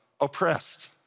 oppressed